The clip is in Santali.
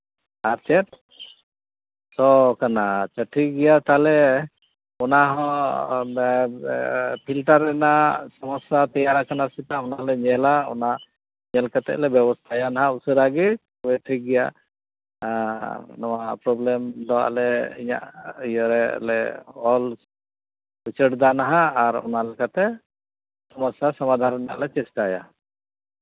ᱟᱨ ᱪᱮᱫ ᱥᱚ ᱠᱟᱱᱟ ᱴᱷᱤᱠ ᱜᱮᱭᱟ ᱛᱟᱦᱚᱞᱮ ᱚᱱᱟᱦᱚᱸ ᱯᱷᱤᱞᱴᱟᱨ ᱨᱮᱱᱟᱜ ᱥᱚᱢᱚᱥᱥᱟ ᱛᱮᱭᱟᱨ ᱠᱟᱱᱟ ᱪᱮᱛᱟ ᱚᱱᱟᱞᱮ ᱧᱮᱞᱟ ᱚᱱᱟ ᱧᱮᱞ ᱠᱟᱛᱮᱫ ᱞᱮ ᱵᱮᱵᱚᱥᱛᱷᱟᱭᱟ ᱱᱟᱦᱟᱜ ᱩᱥᱟᱹᱨᱟ ᱜᱮ ᱴᱷᱤᱠ ᱜᱮᱭᱟ ᱟᱨ ᱱᱚᱣᱟ ᱯᱨᱚᱵᱞᱮᱢ ᱫᱚ ᱟᱞᱮᱭᱟᱜ ᱤᱭᱟᱹ ᱨᱮᱞᱮ ᱚᱞ ᱩᱪᱟᱹᱲᱫᱟ ᱱᱟᱦᱟᱜ ᱚᱱᱟ ᱞᱮᱠᱟᱛᱮ ᱥᱚᱢᱚᱥᱥᱟ ᱥᱚᱢᱟᱫᱷᱟᱱ ᱨᱮᱱᱟᱜ ᱞᱮ ᱪᱮᱥᱴᱟᱭᱟ